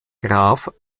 graf